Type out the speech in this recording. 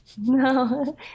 no